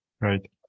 right